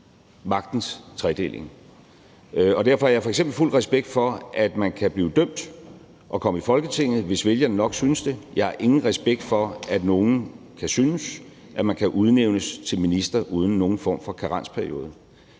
magtens tredeling. Og derfor har jeg f.eks. fuld respekt for, at man kan blive dømt og komme i Folketinget, hvis der er vælgere nok, der synes det. Jeg har ingen respekt for, at nogle kan synes, at man kan udnævnes til minister uden nogen form for karensperiode.